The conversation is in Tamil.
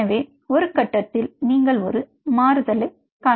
எனவே ஒரு கட்டத்தில் நீங்கள் ஒரு மாறுதலைக் காண்பீர்கள்